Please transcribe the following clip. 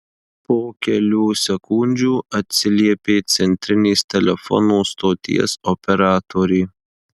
po kelių sekundžių atsiliepė centrinės telefonų stoties operatorė